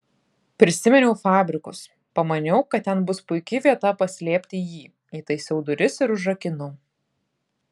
prisiminiau fabrikus pamaniau kad ten bus puiki vieta paslėpti jį įtaisiau duris ir užrakinau